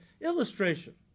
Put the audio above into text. illustration